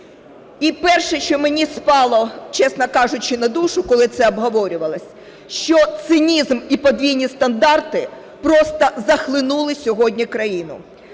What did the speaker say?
І перше, що мені спало, чесно кажучи, на душу, коли це обговорювалось, що цинізм і подвійні стандарти просто захлинули сьогодні країну.